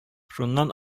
шуннан